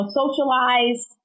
socialized